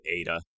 Ada